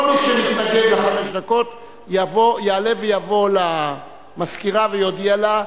כל מי שמתנגד לחמש דקות יעלה ויבוא למזכירה ויודיע לה,